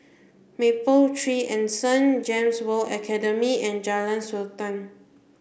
Mapletree Anson GEMS World Academy and Jalan Sultan